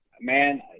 man